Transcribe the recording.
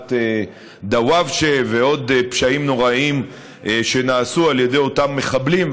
משפחת דוואבשה ועוד פשעים נוראיים שנעשו על ידי אותם מחבלים,